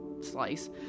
slice